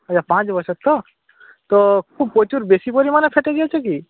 পাঁচ বছর তো তো খুব প্রচুর বেশি পরিমাণে ফেটে গিয়েছে কি